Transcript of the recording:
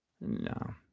No